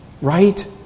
Right